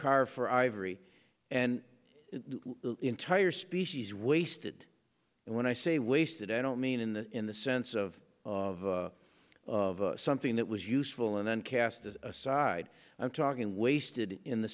car for ivory and the entire species wasted and when i say wasted i don't mean in the in the sense of of of something that was useful and then cast aside i'm talking wasted in the